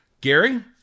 Gary